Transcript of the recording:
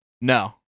No